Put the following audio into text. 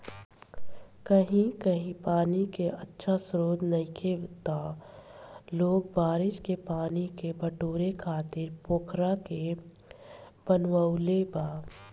कही कही पानी के अच्छा स्त्रोत नइखे त लोग बारिश के पानी के बटोरे खातिर पोखरा के बनवले बा